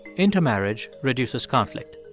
intermarriage reduces conflict.